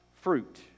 fruit